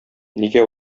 нигә